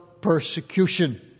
persecution